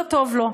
לא טוב לו.